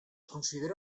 considera